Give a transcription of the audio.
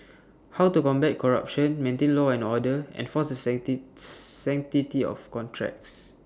how to combat corruption maintain law and order enforce the city sanctity of contracts